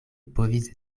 povis